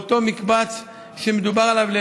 באותו מקבץ שמדובר עליו,